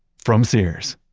from sears?